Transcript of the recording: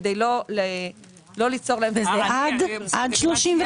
כדי לא ליצור להם --- וזה עד 35?